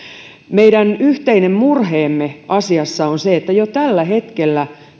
meidän yhteinen murheemme asiassa on se että jo tällä hetkellä